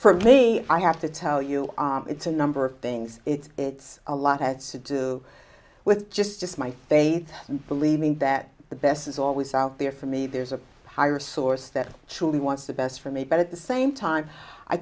for me i have to tell you it's a number of things it's it's a lot has to do with just just my faith believing that the best is always out there for me there's a higher source that truly wants the best for me but at the same time i